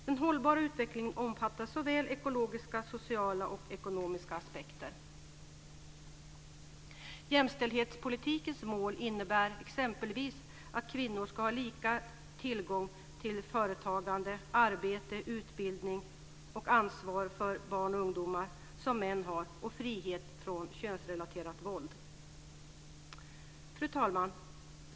Den hållbara utvecklingen omfattar såväl ekologiska som sociala och ekonomiska aspekter. Jämställdhetspolitikens mål innebär exempelvis att kvinnor ska ha lika tillgång till företagande, arbete, utbildning och ansvar för barn och ungdomar som män har samt frihet från könsrelaterat våld. Fru talman!